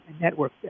network